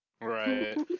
Right